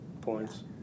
points